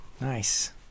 Nice